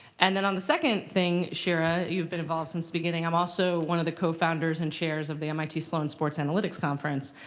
and then on the second thing, shira, you've been involved since the beginning. i'm also one of the co-founders and chairs of the mit sloan sports analytics conference.